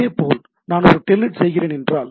இதேபோல் நான் ஒரு டெல்நெட் செய்கிறேன் என்றால்